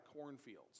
cornfields